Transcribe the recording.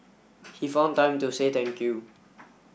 he found time to say thank you